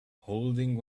holding